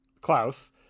Klaus